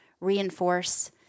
reinforce